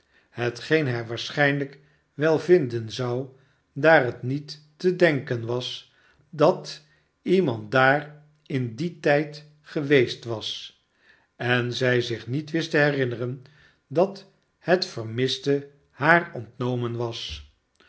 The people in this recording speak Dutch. hetgeen hij waarschijnlijk wel vinden zou daar het niet te denken was dat iemand daar in dien tijd geweest was en zij zich niet wist te herinneren dat het vermiste haar ontnomenwas